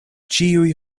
ĉiuj